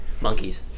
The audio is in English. Monkeys